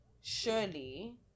Surely